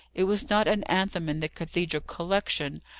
it was not an anthem in the cathedral collection,